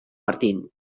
martín